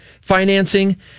financing